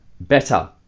better